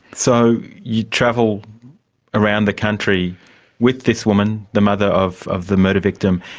so, you travelled around the country with this woman, the mother of of the murder victim,